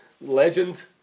legend